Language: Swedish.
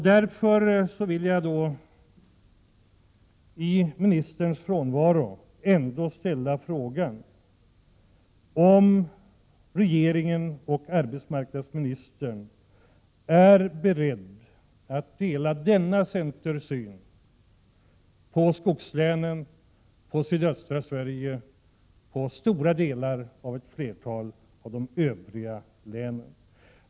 Jag vill i arbetsmarknadsministerns frånvaro ställa frågan om hon och regeringen är beredda att dela denna centerns syn på skogslänen, på sydöstra 7n Sverige och på stora delar av ett flertal av de övriga länen.